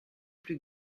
plus